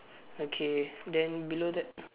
okay then below that